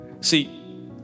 See